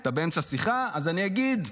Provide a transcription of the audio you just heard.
אתה באמצע שיחה, אז אני אגיד.